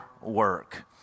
work